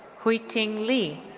huitin li.